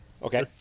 Okay